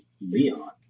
Leon